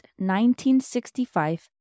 1965